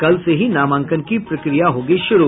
कल से ही नामांकन की प्रक्रिया होगी शुरू